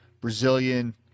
brazilian